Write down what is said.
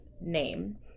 name